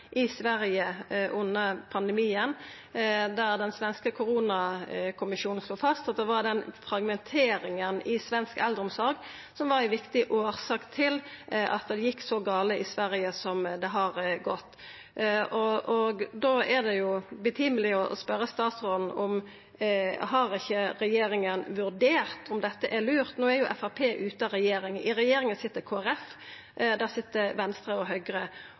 i Sverige under pandemien, der den svenske koronakommisjonen slo fast at fragmenteringa i svensk eldreomsorg var ei viktig årsak til at det gjekk så gale i Sverige som det har gjort. Då er det passande å spørje statsråden om ikkje regjeringa har vurdert om dette er lurt. No er jo Framstegspartiet ute av regjering. I regjeringa sit Kristeleg Folkeparti, der sit Venstre og Høgre,